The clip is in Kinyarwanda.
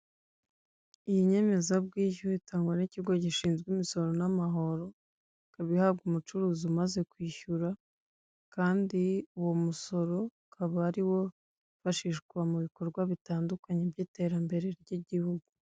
Iyi nyemezabwishyu itangwa n'ikigo gishinzwe imisoro n'amahoro ikaba ihabwa umucuruzi umaze kwishyura kandi uwo musoro ukaba ariwo wifashishwa mu bikorwa bitandukanye by'iterambere ry'igihugu.